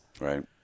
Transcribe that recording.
Right